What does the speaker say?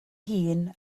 hun